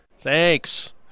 thanks